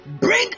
Bring